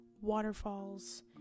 waterfalls